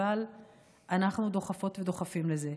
אבל אנחנו דוחפות ודוחפים לזה.